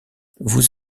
vous